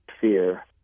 fear